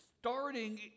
Starting